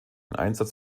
einsatz